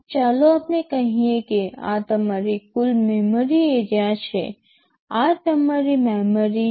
ચાલો આપણે કહીએ કે આ તમારું કુલ મેમરી એરિયા છે આ તમારી મેમરી છે